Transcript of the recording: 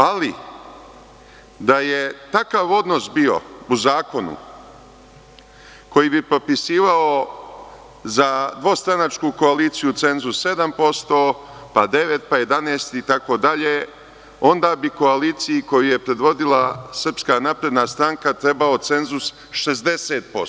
Ali, da je takav odnos bio u zakonu koji bi propisivao za dvostranačku koaliciju cenzus 7%, pa 9, pa 11, itd, onda bi koaliciji koju je predvodila Srpska napredna stranka trebao cenzus 60%